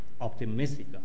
optimistic